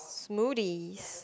smoothies